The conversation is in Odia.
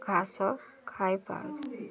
ଘାସ ଖାଇପାରୁଛେ